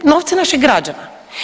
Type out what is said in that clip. Novci naših građana.